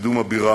לקידום הבירה